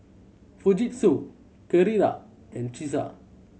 Fujitsu Carrera and Cesar